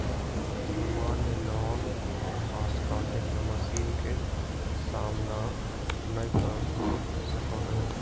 सामान्य लॉन घास काटे के मशीन के सामना नय कर सको हइ